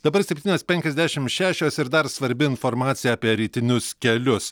dabar septynios penkiasdešim šešios ir dar svarbi informacija apie rytinius kelius